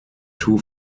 two